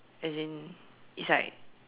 as in it's like